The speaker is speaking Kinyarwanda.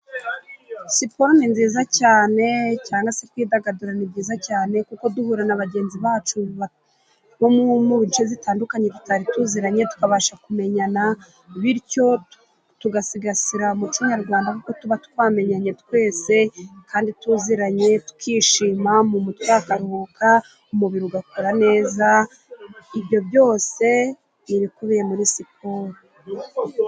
Siporo ni nziza cyane cyangwa se kwidagadura ni byiza cyane, kuko duhura na bagenzi bacu bo mu bice bitandukanye tutari tuziranye, tukabasha kumenyana bityo tugasigasira umuco nyarwanda, kuko tuba twamenyanye twese kandi tuziranye tukishima, mu mutwe hakaruhuka umubiri ugakora neza ibyo byose ni ibikubiye muri siporo.